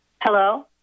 hello